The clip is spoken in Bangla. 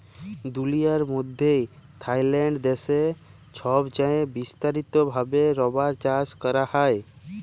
দুলিয়ার মইধ্যে থাইল্যান্ড দ্যাশে ছবচাঁয়ে বিস্তারিত ভাবে রাবার চাষ ক্যরা হ্যয়